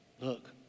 look